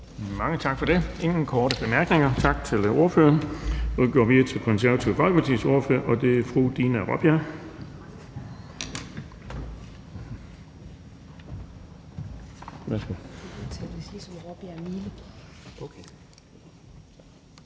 Mange tak for det. Der er ingen korte bemærkninger. Tak til ordføreren. Vi går videre til Det Konservative Folkepartis ordfører, og det er fru Dina Raabjerg.